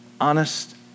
honest